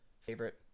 favorite